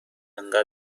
انقدر